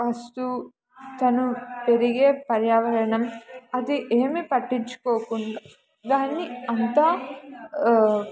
వస్తువు తను పెరిగే పర్యావరణం అది ఏమి పట్టించుకోకుండా దాన్ని అంతా